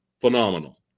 phenomenal